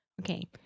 Okay